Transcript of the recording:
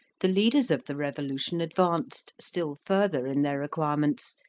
the leaders of the revolution advanced still further in their requirements,